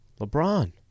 LeBron